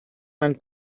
nel